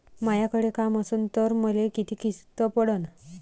मायाकडे काम असन तर मले किती किस्त पडन?